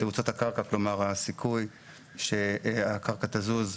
תאוצת הקרקע, כלומר הסיכוי שהקרקע תזוז,